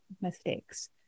mistakes